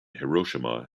hiroshima